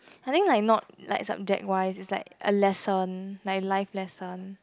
I think like not like subject wise is like a lesson like a life lesson